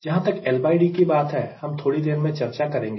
जहां तक LD की बात है हम थोड़ी देर में चर्चा करेंगे